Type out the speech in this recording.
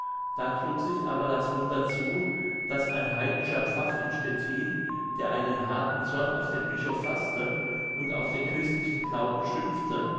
da trug sich aber das wunder zu daß ein heidnischer pfaff in stettin der einen harten zorn auf den bischof faßte und auf den christlichen glauben schimpfte